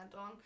on